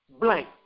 blank